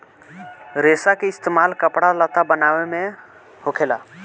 रेसा के इस्तेमाल कपड़ा लत्ता बनाये मे होखेला